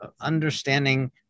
understanding